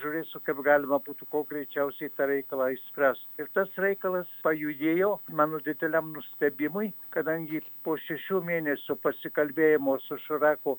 žiūrėsiu kaip galima būtų kuo greičiausiai tą reikalą išspręst ir tas reikalas pajudėjo mano dideliam nustebimui kadangi po šešių mėnesių pasikalbėjimo su širaku